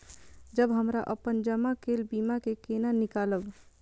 जब हमरा अपन जमा केल बीमा के केना निकालब?